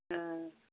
ହଁ